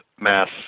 mass